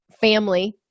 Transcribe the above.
family